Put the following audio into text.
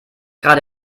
gerade